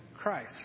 Christ